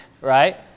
right